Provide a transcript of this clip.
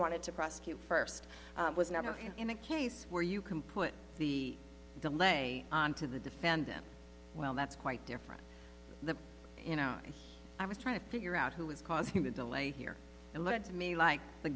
wanted to prosecute first was never in a case where you can put the delay on to the defendant well that's quite different the you know i was trying to figure out who is causing the delay here and let me like the